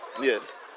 Yes